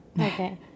Okay